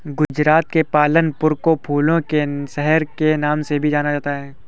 गुजरात के पालनपुर को फूलों के शहर के नाम से भी जाना जाता है